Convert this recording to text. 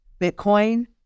Bitcoin